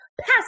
pass